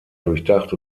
durchdacht